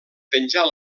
penjar